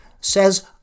says